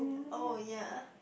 oh ya